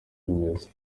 bimeze